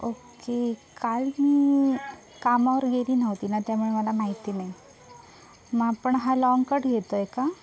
okay काल मी कामावर गेली नव्हती ना त्यामुळे मला माहिती नाही मग आपण हा लाँगकट घेतो आहे का